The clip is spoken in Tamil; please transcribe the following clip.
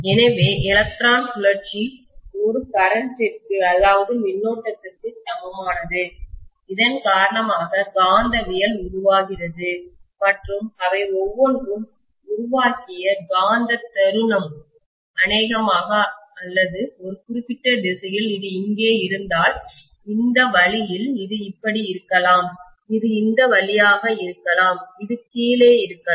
எனவே எலக்ட்ரான் சுழற்சி ஒரு கரண்ட்டிற்கு மின்னோட்டத்திற்கு சமமானது இதன் காரணமாக காந்தவியல் உருவாகிறது மற்றும் அவை ஒவ்வொன்றும் உருவாக்கிய காந்த தருணம்மொமென்ட் அநேகமாக அல்லது ஒரு குறிப்பிட்ட திசையில் அது இங்கே இருந்தால் இந்த வழியில் இது இப்படி இருக்கலாம் இது இந்த வழியாக இருக்கலாம் இது கீழே இருக்கலாம்